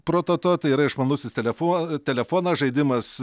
prototo tai yra išmanusis telefo telefoną žaidimas